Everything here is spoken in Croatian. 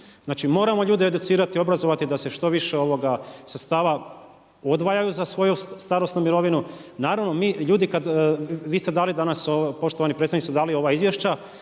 Znači moramo ljude educirati, obrazovati da se što više sredstava odvajaju za svoju starosnu mirovinu. Naravno mi, ljudi kad, vi ste